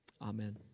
amen